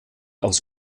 aus